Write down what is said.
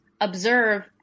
observe